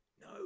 No